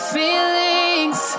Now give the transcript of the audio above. feelings